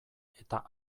eta